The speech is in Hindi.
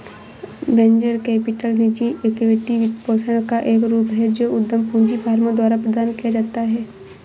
वेंचर कैपिटल निजी इक्विटी वित्तपोषण का एक रूप है जो उद्यम पूंजी फर्मों द्वारा प्रदान किया जाता है